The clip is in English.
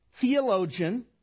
Theologian